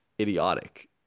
idiotic